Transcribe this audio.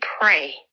pray